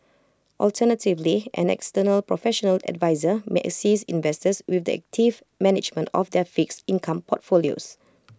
alternatively an external professional adviser may assist investors with the active management of their fixed income portfolios